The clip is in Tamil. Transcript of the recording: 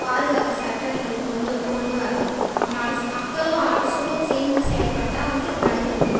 பாதுகாக்க சட்டங்களை கொண்டு வ கொண்டு வரணும் மரஸ் மக்களும் அரசும் சேர்ந்து செயல்பட்டால் வந்து இதை தடுக்க முடியும்